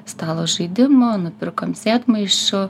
stalo žaidimų nupirkom sėdmaišų